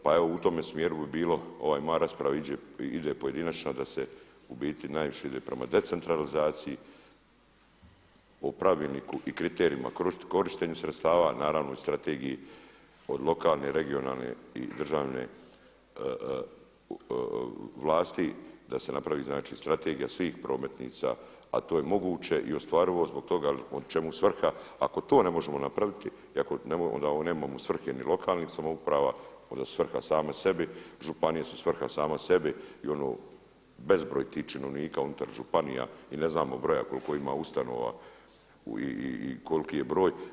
Pa evo u tome smjeru bi bilo ovaj Maras ide pojedinačno da se u biti najviše ide prema decentralizaciji, o pravilniku i kriterijima korištenju sredstava, naravno i strategiji od lokalne, regionalne i državne vlasti da se napravi znači strategija svih prometnica a to je moguće i ostvarivo zbog toga jer čemu svrha ako to ne možemo napraviti onda nemamo ni svrhe ni lokalnim samoupravama, onda svrha samoj sebi, županije su svrha samoj sebi i bezbroj tih činovnika unutar županija i ne znamo broja koliko ima ustanova i koliki je broj.